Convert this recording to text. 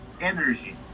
energy